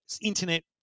internet